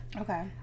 okay